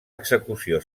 execució